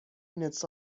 minutes